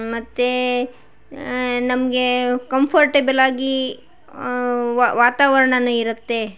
ಮತ್ತು ನಮಗೆ ಕಂಫರ್ಟೇಬಲ್ಲಾಗಿ ವಾತಾವರಣನು ಇರುತ್ತೆ